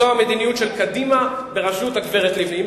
זו המדיניות של קדימה בראשות הגברת לבני.